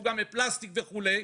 שהוא גם מפלסטיק וכו',